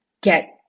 get